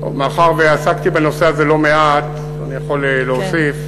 מאחר שעסקתי בנושא הזה לא מעט, אני יכול להוסיף.